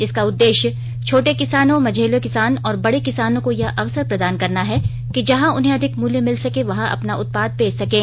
इसका उद्देश्य छोटे किसानों मझौले किसान और बड़े किसानों को यह अवसर प्रदान करना है कि जहां उन्हें अधिक मूल्य मिल सके वहां अपना उत्पाद बेच सकें